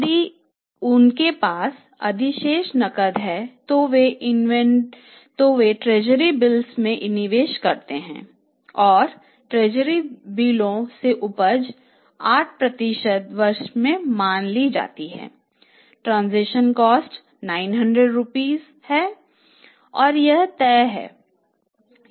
यदि उनके पास अधिशेष नकद है तो वे ट्रेजरी बिलों 900 रुपये है और यह तय है